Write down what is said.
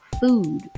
food